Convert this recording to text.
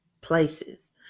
places